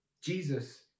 Jesus